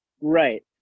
Right